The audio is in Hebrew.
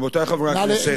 רבותי חברי הכנסת,